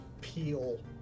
peel